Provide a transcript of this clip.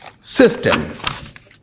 system